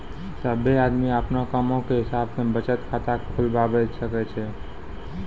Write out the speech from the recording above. सभ्भे आदमी अपनो कामो के हिसाब से बचत खाता खुलबाबै सकै छै